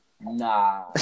Nah